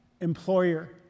Employer